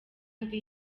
ndi